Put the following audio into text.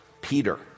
Peter